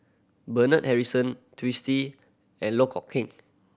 Bernard Harrison Twisstii and Loh Kok Heng